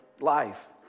life